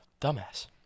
dumbass